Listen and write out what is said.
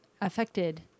affected